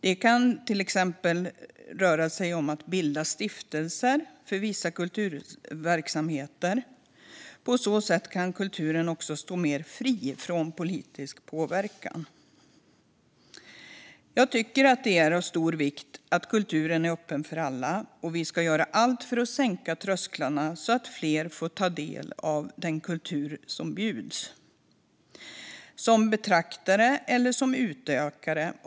Det kan till exempel röra sig om att bilda stiftelser för vissa kulturverksamheter. På så sätt kan kulturen stå mer fri från politisk påverkan. Jag tycker att det är av stor vikt att kulturen är öppen för alla. Vi ska göra allt för att sänka trösklarna så att fler kan ta del av den kultur som bjuds, både som betraktare och som utövare.